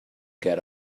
get